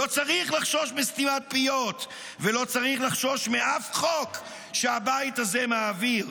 לא צריך לחשוש מסתימת פיות ולא צריך לחשוש מאף חוק שהבית הזה מעביר.